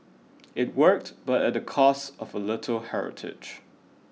it worked but at the cost of a little heritage